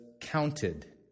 counted